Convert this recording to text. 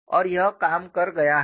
और यह काम कर गया है